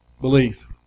belief